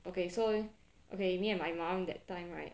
okay so okay me and my mom that time right